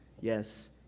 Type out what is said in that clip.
Yes